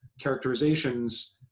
characterizations